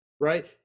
right